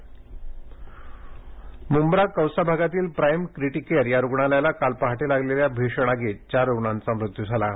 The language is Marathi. ठाणे आग मुंब्रा कौसा भागातील प्राईम क्रिटीकेअर या रुग्णालयाला काल पहाटे लागलेल्या भीषण आगीत चार रुग्णांचा मृत्यू झाला आहे